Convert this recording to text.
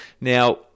now